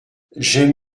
j’aime